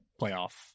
playoff